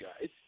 guys